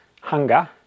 hunger